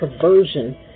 perversion